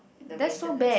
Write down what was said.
the maintenance